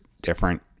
different